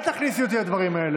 אל תכניסי אותי לדברים האלה,